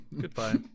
Goodbye